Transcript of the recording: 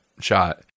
shot